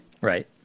Right